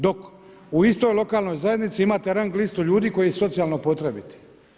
Dok u istoj lokalnoj zajednici imate rang listu ljudi koji su socijalno potrebiti.